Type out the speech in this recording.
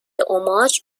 اُماج